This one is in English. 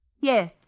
Yes